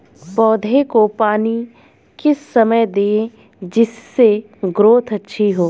पौधे को पानी किस समय दें जिससे ग्रोथ अच्छी हो?